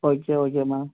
okay okay ma'am